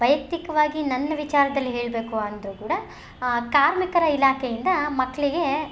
ವೈಯಕ್ತಿಕವಾಗಿ ನನ್ನ ವಿಚಾರದಲ್ಲಿ ಹೇಳಬೇಕು ಅಂದರು ಕೂಡ ಕಾರ್ಮಿಕರ ಇಲಾಕೆಯಿಂದ ಮಕ್ಳಿಗೆ